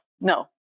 No